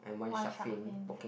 one shark fin